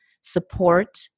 support